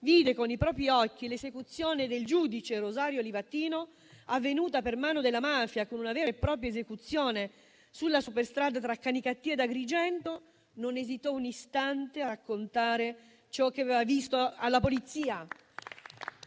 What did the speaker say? vide con i propri occhi l'esecuzione del giudice Rosario Livatino, avvenuta per mano della mafia, con una vera e propria esecuzione sulla superstrada tra Canicattì ed Agrigento, non esitò un istante a raccontare ciò che aveva visto alla polizia.